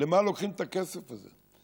למה לוקחים את הכסף הזה?